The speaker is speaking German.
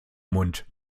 mund